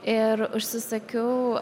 ir užsisakiau